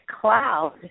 cloud